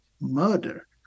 murder